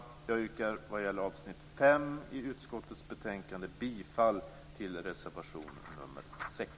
Jag yrkar vad gäller avsnitt 5 i utskottets betänkande på godkännande av anmälan i reservation nr 6.